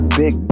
big